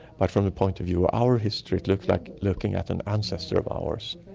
but from the point of view of our history it looks like looking at an ancestor of ours.